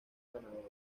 ganadores